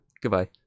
Goodbye